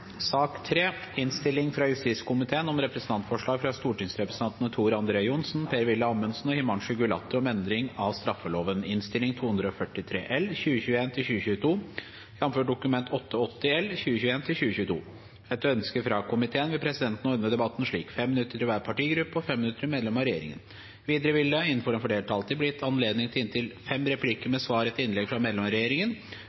sak nr. 2. Etter ønske fra justiskomiteen vil presidenten ordne debatten slik: 5 minutter til hver partigruppe og 5 minutter til medlemmer av regjeringen. Videre vil det – innenfor den fordelte taletid – bli gitt anledning til inntil fem replikker